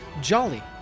Jolly